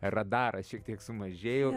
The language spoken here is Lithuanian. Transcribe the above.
radaras šiek tiek sumažėjo